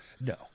no